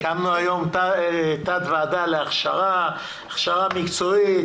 הקמנו היום תת-ועדה להכשרה מקצועית.